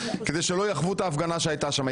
כדי שלא יחוו את ההפגנה שהייתה שם.